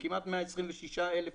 כמעט 126,000,